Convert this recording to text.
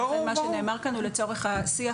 ולכן מה שנאמר כאן הוא לצורך השיח.